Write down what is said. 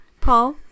Paul